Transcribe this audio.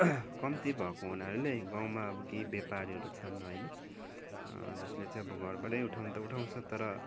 कम्ती भएको हुनाले गाउँमा केही व्यापारीहरू छन् होइन जसले चाहिँ अब घरबाटै उठाउनु त उठाउँछ तर